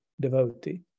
devotee